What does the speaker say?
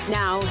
now